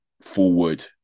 forward